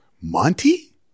Monty